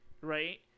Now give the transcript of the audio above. right